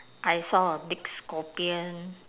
I saw a big scorpion